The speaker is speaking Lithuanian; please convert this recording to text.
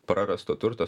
prarasto turtas